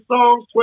songs